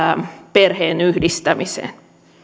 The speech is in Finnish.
perheenyhdistämiseen